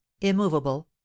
immovable